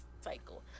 cycle